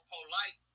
Polite